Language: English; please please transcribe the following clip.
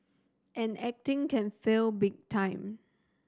and acting can fail big time